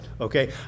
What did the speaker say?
okay